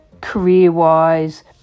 career-wise